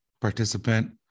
participant